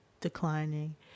declining